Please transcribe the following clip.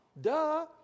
Duh